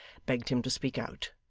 begged him to speak out,